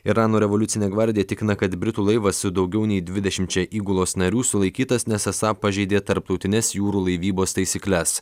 irano revoliucinė gvardija tikina kad britų laivas su daugiau nei dvidešimčia įgulos narių sulaikytas nes esą pažeidė tarptautines jūrų laivybos taisykles